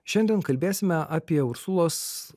šiandien kalbėsime apie usulos